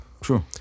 True